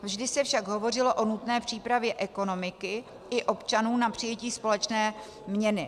Vždy se však hovořilo o nutné přípravě ekonomiky i občanů na přijetí společné měny.